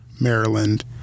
Maryland